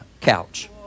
couch